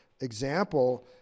example